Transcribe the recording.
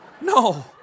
No